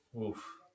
Oof